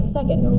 Second